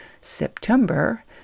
September